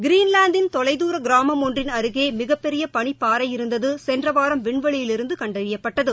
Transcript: கிரீன்வாந்தின் தொலைத்தூர கிராமம் ஒன்றின் அருகே மிகப் பெரிய பனிப்பாறை இருந்தது சென்ற வாரம் விண்வெளியிலிருந்து கண்டறியப்பட்டது